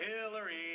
Hillary